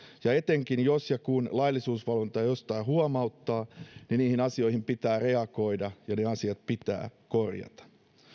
ja etenkin jos ja kun laillisuusvalvonta jostain huomauttaa niihin asioihin pitää reagoida ja ne asiat pitää korjata